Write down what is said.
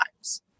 lives